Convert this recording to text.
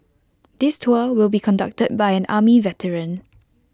this tour will be conducted by an army veteran